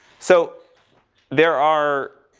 so there are,